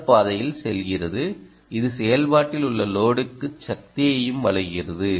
இந்த பாதையில் செல்கிறது இது செயல்பாட்டில் உள்ள லோடுக்குச் சக்தியையும் வழங்குகிறது